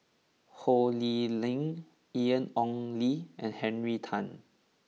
Ho Lee Ling Ian Ong Li and Henry Tan